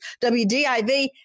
WDIV